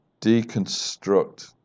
deconstruct